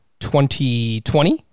2020